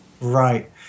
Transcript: Right